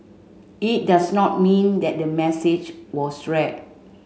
it does not mean that the message was read